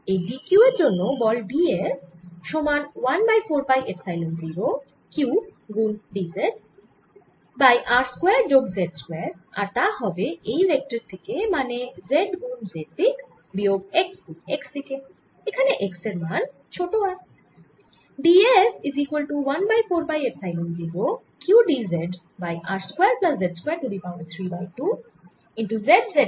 এই d q এর জন্য বল d F সমান 1 বাই 4 পাই এপসাইলন 0 q গুন d z by r square যোগ z স্কয়ার আর তা হবে এই ভেক্টর থেকে মানে z গুন z দিকে বিয়োগ x গুন x দিকে এখানে x এর মান ছোট r